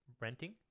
renting